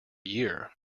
year